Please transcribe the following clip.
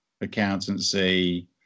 accountancy